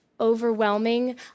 overwhelming